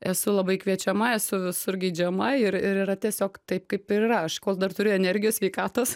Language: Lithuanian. esu labai kviečiama esu visur geidžiama ir ir yra tiesiog taip kaip ir yra aš kol dar turiu energijos sveikatos